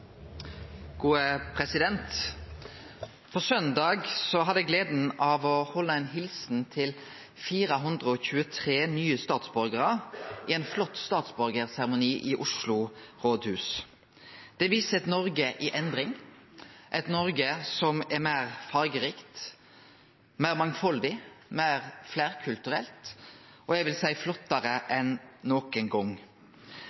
På søndag hadde eg gleda av å halde ein helsingstale til 423 nye statsborgarar i ein flott statsborgarseremoni i Oslo rådhus. Det viser eit Noreg i endring, eit Noreg som er meir fargerikt, meir mangfaldig, meir fleirkulturelt, og eg vil seie flottare